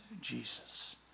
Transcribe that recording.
Jesus